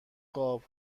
قاب